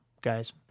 guys